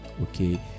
okay